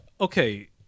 okay